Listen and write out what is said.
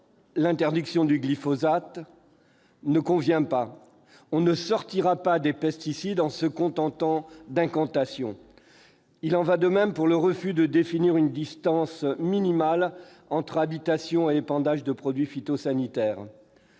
l'interdiction du glyphosate ne nous convient pas. On ne sortira pas des pesticides en se contentant d'incantations. Il en va de même du refus de définir une distance minimale par rapport aux habitations pour l'épandage de produits phytosanitaires.